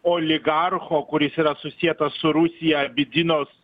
oligarcho kuris yra susietas su rusija bidzinos